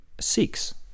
six